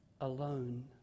alone